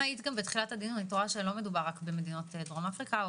אם היית בתחילת הדיון היית רואה שלא מדובר רק בדרום אפריקה,